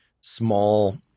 small